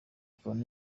col